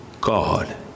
God